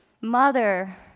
mother